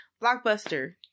Blockbuster